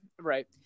right